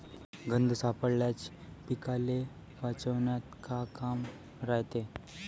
गंध सापळ्याचं पीकाले वाचवन्यात का काम रायते?